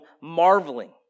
marveling